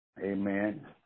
Amen